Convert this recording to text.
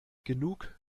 genug